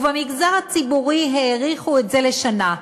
במגזר הציבורי האריכו את זה לשנה.